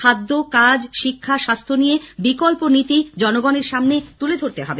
খাদ্য কাজ শিক্ষা স্বাস্থ্য নিয়ে বিকল্প নীতি জনগণের সামনে তুলে ধরতে হবে